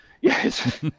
yes